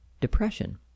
depression